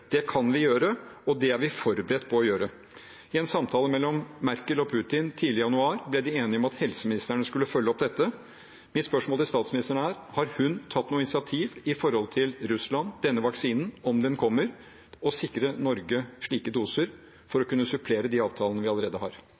Det kan vi gjøre, og det er vi forberedt på å gjøre. I en samtale mellom Merkel og Putin tidlig i januar ble de enige om at helseministrene skulle følge opp dette. Mitt spørsmål til statsministeren er: Har hun tatt noe initiativ overfor Russland om denne vaksinen, om den kommer, for å sikre Norge slike doser for å kunne supplere de avtalene vi allerede har?